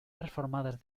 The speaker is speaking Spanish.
transformadas